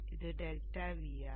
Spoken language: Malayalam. ഇത് ഡെൽറ്റ Vr